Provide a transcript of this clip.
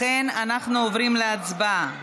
לכן אנחנו עוברים להצבעה.